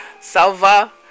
Salva